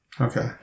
Okay